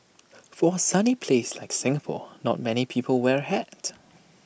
for A sunny place like Singapore not many people wear A hat